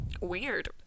Weird